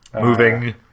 Moving